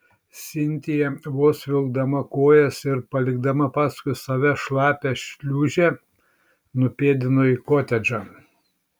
sintija vos vilkdama kojas ir palikdama paskui save šlapią šliūžę nupėdino į kotedžą